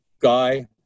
guy